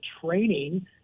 training